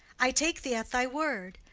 i take thee at thy word.